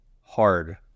hard